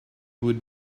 would